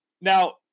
Now